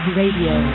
radio